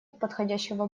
подходящего